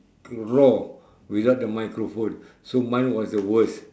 raw without the microphone so mine was the worst